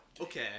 okay